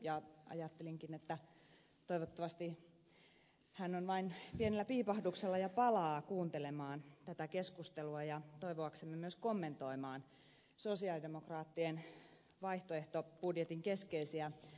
ja ajattelenkin että toivottavasti hän on vain pienellä piipahduksella ja palaa kuuntelemaan tätä keskustelua ja toivoaksemme myös kommentoimaan sosialidemokraattien vaihtoehtobudjetin keskeisiä linjauksia